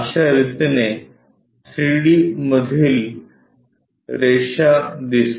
अश्या रितीने 3 डी मधील रेषा दिसते